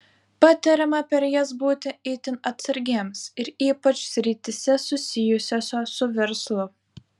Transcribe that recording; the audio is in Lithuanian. patariama per jas būti itin atsargiems ir ypač srityse susijusiose su verslu